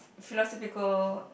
philosophical